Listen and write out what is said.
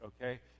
okay